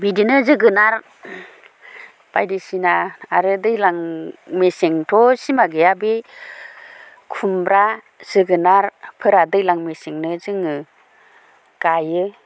बिदिनो जोगोनार बायदिसिना आरो दैज्लां मेसेंथ' सिमा गैया बे खुमब्रा जोगोनारफोरा दैज्लां मेसेंनो जोङो गायो